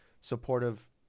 supportive